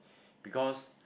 because